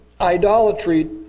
idolatry